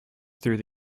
through